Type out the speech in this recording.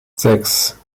sechs